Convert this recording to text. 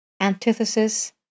Antithesis